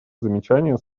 замечание